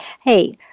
hey